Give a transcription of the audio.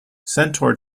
centaur